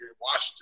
Washington